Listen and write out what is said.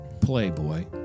Playboy